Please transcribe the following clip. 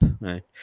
right